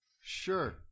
Sure